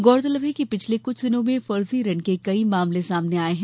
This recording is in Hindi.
गौरतलब है कि पिछले कुछ दिनों में फर्जी ऋण के कई मामले सामने आये हैं